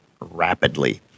rapidly